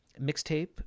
mixtape